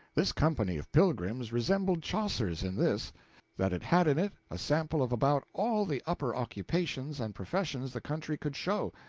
this company of pilgrims resembled chaucer's in this that it had in it a sample of about all the upper occupations and professions the country could show,